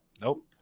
nope